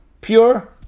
pure